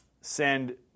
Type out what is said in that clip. send